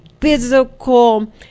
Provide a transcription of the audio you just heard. physical